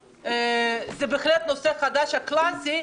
זה בהחלט נושא חדש קלאסי.